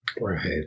Right